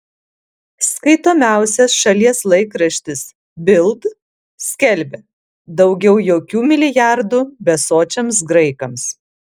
skaitomiausias šalies laikraštis bild skelbia daugiau jokių milijardų besočiams graikams